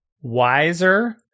wiser